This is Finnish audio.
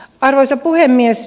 arvoisa puhemies